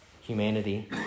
humanity